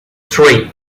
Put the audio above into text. three